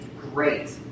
great